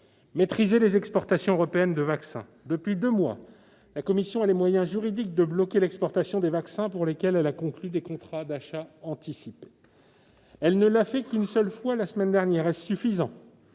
maîtriser les exportations européennes de vaccins. Depuis deux mois, la Commission a les moyens juridiques de bloquer l'exportation des vaccins pour lesquels elle a conclu des contrats d'achats anticipés. Elle ne l'a fait qu'une seule fois, la semaine dernière ; est-ce suffisant ?